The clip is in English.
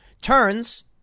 turns